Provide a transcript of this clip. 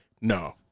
no